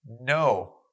No